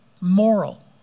moral